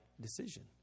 decision